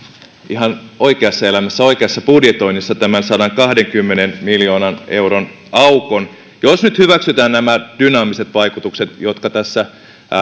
ihan oikeassa elämässä ja oikeassa budjetoinnissa tämän sadankahdenkymmenen miljoonan euron aukon jos nyt hyväksytään nämä dynaamiset vaikutukset jotka tässä